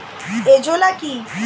Azolla কি?